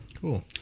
cool